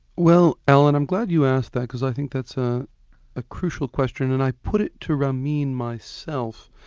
well alan, i'm glad you asked that because i think that's a ah crucial question, and i put it to ramin myself,